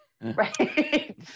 right